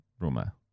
rumor